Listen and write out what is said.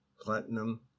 platinum